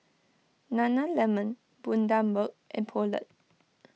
Nana Lemon Bundaberg and Poulet